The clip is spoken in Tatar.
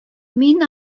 мин